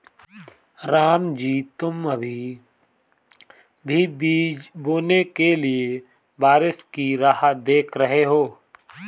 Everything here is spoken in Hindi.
रामजी तुम अभी भी बीज बोने के लिए बारिश की राह देख रहे हो?